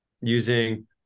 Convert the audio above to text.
using